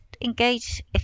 engage